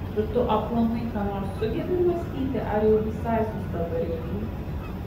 ar tu aplamai ką nors sugebi mąstyti ar jau visai sustabarėjai